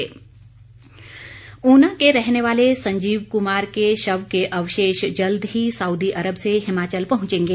वक्तव्य जयराम ऊना के रहने वाले संजीव कुमार के शव के अवशेष जल्द ही सऊदी अरब से हिमाचल पहुंचेंगे